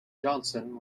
johnson